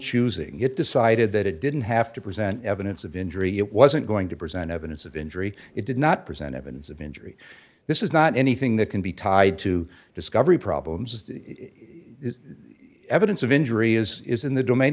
choosing it decided that it didn't have to present evidence of injury it wasn't going to present evidence of injury it did not present evidence of injury this is not anything that can be tied to discovery problems it is evidence of injury is is in the domain